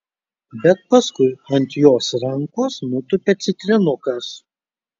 bet paskui ant jos rankos nutupia citrinukas